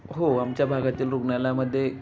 हो आमच्या भागातील रुग्णालयामध्ये